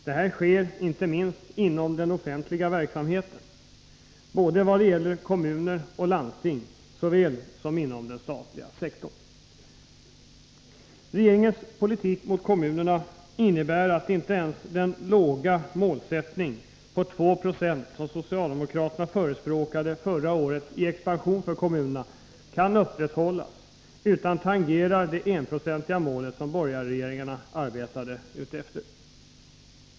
Detta sker inte minst inom den offentliga verksamheten, såväl när det gäller kommuner och landsting som när det gäller den statliga sektorn. Regeringens politik mot kommunerna innebär att inte ens den låga målsättning 2 26 expansion för kommunerna som socialdemokraterna förespråkade förra året kan upprätthållas, utan kommunernas expansion tangerar det enprocentsmål som borgarregeringarna strävade efter.